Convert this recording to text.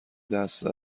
دست